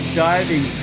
diving